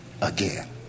again